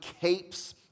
capes